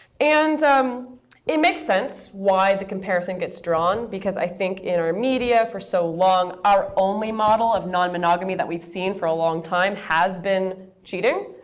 and um it makes sense why the comparison gets drawn, because i think in our media for so long, our only model of non-monogamy that we've seen for a long time has been cheating,